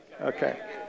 Okay